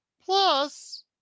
Plus